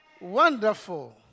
Wonderful